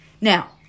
Now